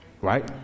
right